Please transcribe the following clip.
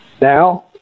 Now